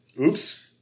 Oops